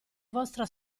vostra